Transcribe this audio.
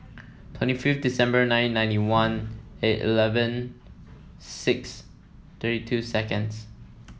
twenty fifth December nineteen ninety one A eleven six thirty two seconds